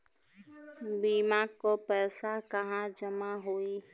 बीमा क पैसा कहाँ जमा होई?